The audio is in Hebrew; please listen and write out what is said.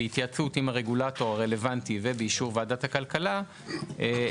בהתייעצות עם המאסדר הנוגע בדבר ובאישור ועדת הכלכלה של הכנסת,